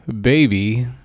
baby